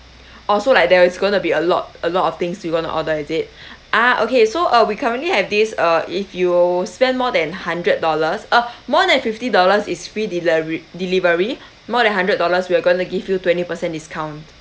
or so like that is gonna be a lot a lot of things you gonna order is it ah okay so uh we currently have this uh if you spend more than hundred dollars uh more than fifty dollars is free deliver delivery more than hundred dollars we're gonna to give you twenty per cent discount